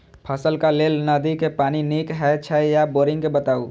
फसलक लेल नदी के पानी नीक हे छै या बोरिंग के बताऊ?